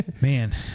man